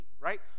right